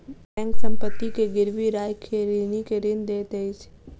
bank संपत्ति के गिरवी राइख के ऋणी के ऋण दैत अछि